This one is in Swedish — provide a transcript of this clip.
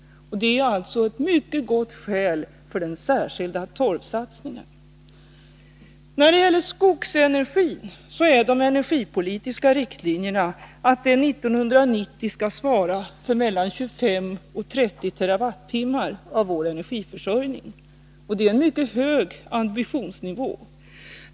Det är ett mycket gott skäl för den särskilda satsningen på torv. När det gäller skogsenergi går de energipolitiska riktlinjerna ut på att denna 1990 skall svara för mellan 25 och 30 TWh av vår energiförsörjning. Det är en mycket hög ambitionsnivå.